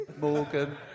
Morgan